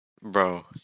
bro